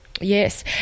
Yes